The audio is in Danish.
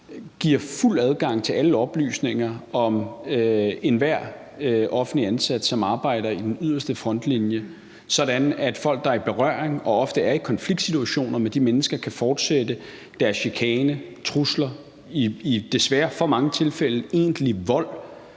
giver fuld adgang til alle oplysninger om enhver offentligt ansat, som arbejder i den yderste frontlinje, sådan at folk, som er i berøring med, og som ofte er i konfliktsituationer med de mennesker, kan fortsætte deres chikane og trusler og desværre i alt for mange tilfælde også egentlig vold